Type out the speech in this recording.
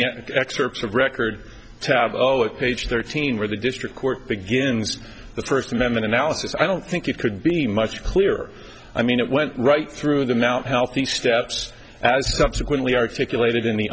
yet excerpts of record tabeau it page thirteen where the district court begins the first amendment analysis i don't think it could be much clearer i mean it went right through the mount healthy steps as subsequently articulated in the